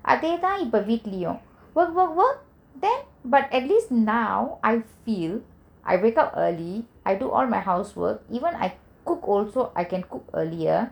அதேதா இப்ப வீட்லயு:athetha ippa veetlayu work work work then at least now I feel I wake up early I do all my housework even I cook also I can cook earlier